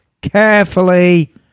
carefully